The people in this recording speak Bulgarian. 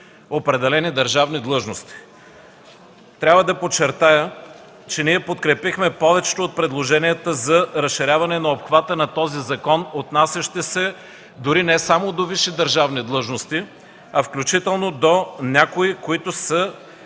определени държавни длъжности. Трябва да подчертая, че подкрепихме повечето от предложенията за разширяване на обхвата на този закон, отнасящи се дори не само до висши държавни длъжности, а включително до някои, които са